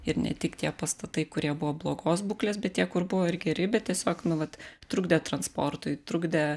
ir ne tik tie pastatai kurie buvo blogos būklės bet tie kur buvo ir geri bet tiesiog nu vat trukdė transportui trukdė